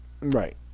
Right